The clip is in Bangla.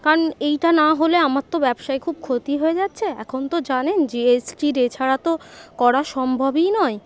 কারণ এইটা না হলে আমার তো ব্যবসায় খুব ক্ষতি হয়ে যাচ্ছে এখন তো জানেন জি এস টির এ ছাড়া তো করা সম্ভবই নয়